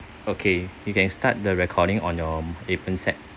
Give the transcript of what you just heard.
okay you can start the recording on your appen set